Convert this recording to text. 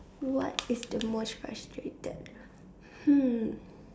what is the most frustrated hmm